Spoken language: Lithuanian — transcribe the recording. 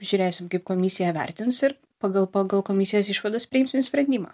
žiūrėsim kaip komisija vertins ir pagal pagal komisijos išvadas priimsim sprendimą